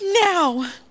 now